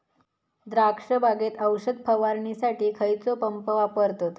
द्राक्ष बागेत औषध फवारणीसाठी खैयचो पंप वापरतत?